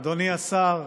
אדוני השר,